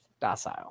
docile